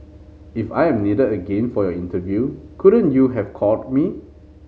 if I am needed again for your interview couldn't you have called me